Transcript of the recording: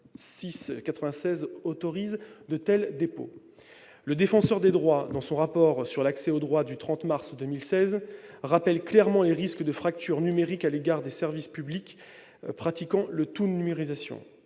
autorise de tels dépôts. Le Défenseur des droits, dans son rapport du 30 mars 2016 sur l'accès aux droits, rappelle clairement les risques de fracture numérique à l'égard des services publics pratiquant la « tout-numérisation